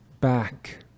back